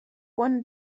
wanna